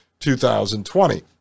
2020